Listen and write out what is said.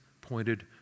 pointed